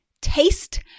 taste